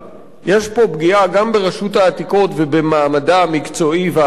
יש פה פגיעה גם ברשות העתיקות ובמעמדה המקצועי והאקדמי